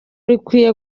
rukwiye